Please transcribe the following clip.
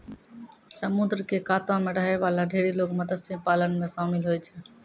समुद्र क कातो म रहै वाला ढेरी लोग मत्स्य पालन म शामिल होय छै